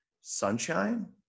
sunshine